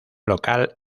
local